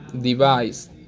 device